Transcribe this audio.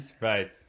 right